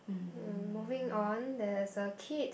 hmm moving on there's a kid